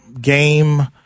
game